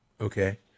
okay